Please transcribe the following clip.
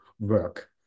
work